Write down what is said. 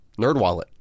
NerdWallet